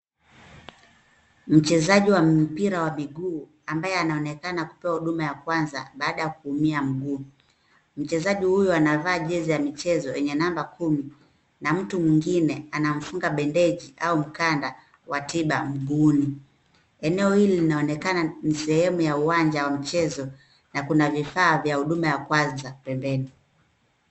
Mchezaji wa mpira wa miguu ambaye anaonekana kupewa huduma ya kwanza baada ya kuumia mguu. Mchezaji huyu anavaa jezi ya michezo enye namba kumi na mtu mwingine anamfunga bendeji au mkanda wa tiba mguuni. Eneo hili linaonekana ni sehemu ya uwanja wa michezo na kuna vifaa vya huduma ya kwanza pembeni.